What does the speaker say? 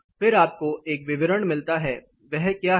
फिर आपको एक विवरण मिलता है वह क्या है